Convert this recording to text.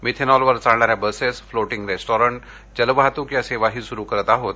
मिथेनॉलवर चालणाऱ्या buses floating restaurant जलवाहतूक या सेवाही सूरू करत आहोत